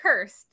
cursed